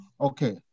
Okay